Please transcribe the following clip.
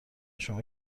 شما